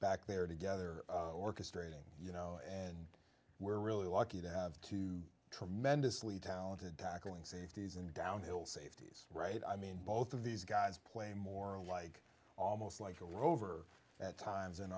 back they're together orchestrating you know and we're really lucky to have two tremendously talented tackling safeties and downhill safeties right i mean both of these guys play more like almost like a rover at times in